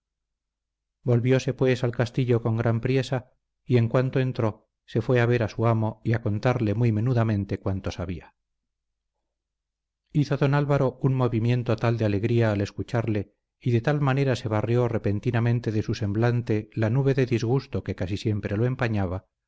recibido volvióse pues al castillo con gran priesa y en cuanto entró se fue a ver a su amo y a contarle muy menudamente cuanto sabía hizo don álvaro un movimiento tal de alegría al escucharle y de tal manera se barrió repentinamente de su semblante la nube de disgusto que casi siempre lo empañaba